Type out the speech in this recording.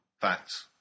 facts